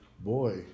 boy